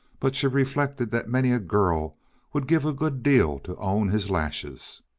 but she reflected that many a girl would give a good deal to own his lashes.